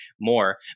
more